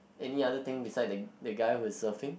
any other thing beside the the guy who is surfing